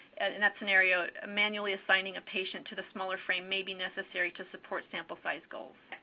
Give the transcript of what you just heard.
in that scenario, manually assigning a patient to the smaller frame may be necessary to support sample size goals.